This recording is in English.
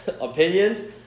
opinions